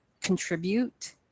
contribute